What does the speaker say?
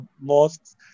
mosques